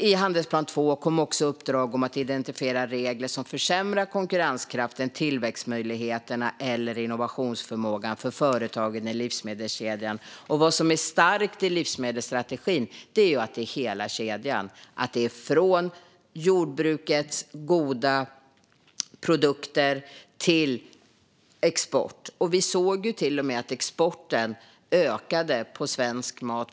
I handelsplan två kom också uppdrag om att identifiera regler som försämrar konkurrenskraften, tillväxtmöjligheterna eller innovationsförmågan för företagen i livsmedelskedjan. Vad som är starkt i livsmedelsstrategin är att den rör hela kedjan, från jordbrukets goda produkter till export. Vi såg till och med att exporten ökade av svensk mat.